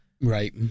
Right